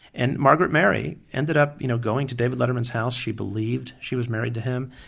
and margaret mary ended up you know going to david letterman's house, she believed she was married to him,